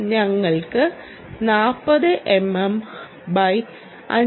അതിനാൽ ഞങ്ങൾക്ക് 40mmx5